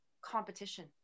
competition